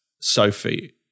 Sophie